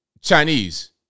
Chinese